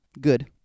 good